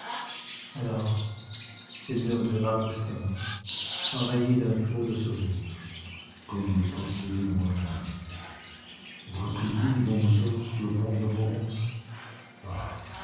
alors il murmura tristement envahi d'un flot de souvenirs comme le passé est loin vous rappelez-vous les longues heures sur le pont de la provence ah